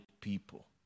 people